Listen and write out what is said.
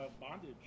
Bondage